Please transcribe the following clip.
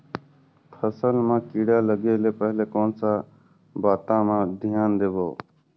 फसल मां किड़ा लगे ले पहले कोन सा बाता मां धियान देबो?